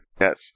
Yes